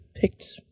picked